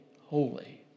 holy